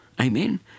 Amen